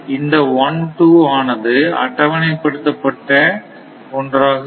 இந்த 1 2 ஆனது அட்டவணைப்படுத்தப்பட்ட ஒன்றாக இருக்கும்